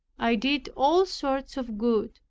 i did all sorts of good,